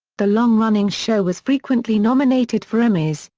the long-running show was frequently nominated for emmys,